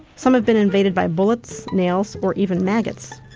some have been invaded by bullets, nails or even maggots,